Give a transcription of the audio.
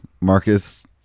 Marcus